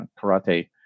karate